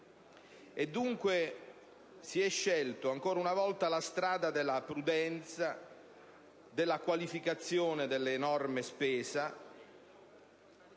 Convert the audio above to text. Dunque, si è scelta ancora una volta la strada della prudenza, della qualificazione dell'enorme spesa